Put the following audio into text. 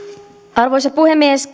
arvoisa puhemies